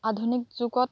আধুনিক যুগত